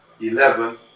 eleven